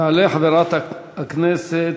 תעלה חברת הכנסת,